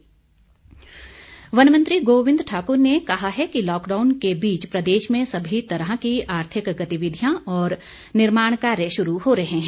गोविंद ठाकर वन मंत्री गोविंद ठाक्र ने कहा है कि लॉकडाउन के बीच प्रदेश में सभी तरह की आर्थिक गतिविधियां और निर्माण कार्य शुरू हो रहे हैं